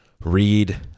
read